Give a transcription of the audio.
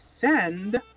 send